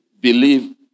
believe